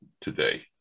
today